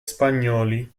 spagnoli